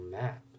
map